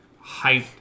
hype